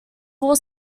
four